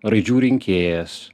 raidžių rinkėjas